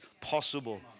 possible